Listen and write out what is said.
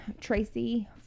Tracy